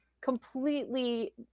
completely